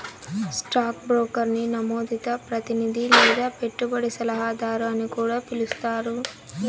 stock బ్రోకర్ని నమోదిత ప్రతినిది లేదా పెట్టుబడి సలహాదారు అని కూడా పిలిస్తారు